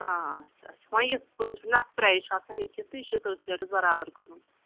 آچھا اچھا وۄنۍ یتھ پٲٹھۍ چھُ نَہ اتھ پرایس چھُ آسان لیٖکھِتھ تہٕ یہ چھُ تٔتھۍ ریٹس برابر کنُن